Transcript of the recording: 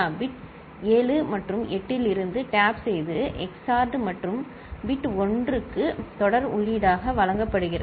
bit 7 மற்றும் 8 இலிருந்து tap செய்து XORed மற்றும் பிட் 1 க்கு தொடர் உள்ளீடாக வழங்கப்படுகிறது